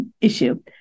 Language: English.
issue